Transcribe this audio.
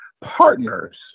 partners